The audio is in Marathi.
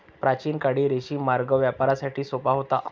प्राचीन काळी रेशीम मार्ग व्यापारासाठी सोपा होता